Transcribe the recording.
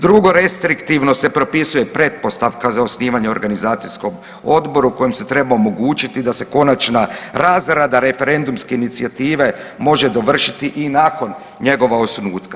Drugo, restriktivno se propisuje pretpostavka za osnivanje organizacijskog odboru u kojem se treba omogućiti da se konačna razrada referendumske inicijative može dovršiti i nakon njegova osnutka.